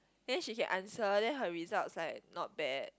then she can answer then her results like not bad